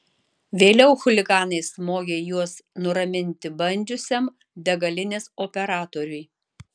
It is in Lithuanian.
vėliau chuliganai smogė juos nuraminti bandžiusiam degalinės operatoriui